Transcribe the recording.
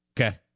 Okay